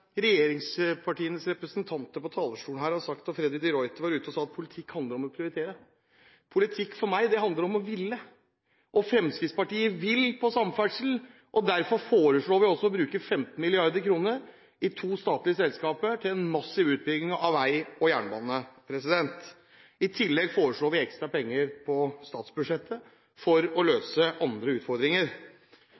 regjeringspartienes representanter på talerstolen her har sagt – Freddy de Ruiter var ute og sa det – at politikk handler om å prioritere: Politikk for meg handler om å ville. Fremskrittspartiet vil på samferdsel, og derfor foreslår vi også å bruke 15 mrd. kr i to statlige selskaper til en massiv utbygging av vei og jernbane. I tillegg foreslår vi ekstra penger på statsbudsjettet for å